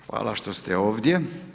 Hvala što ste ovdje.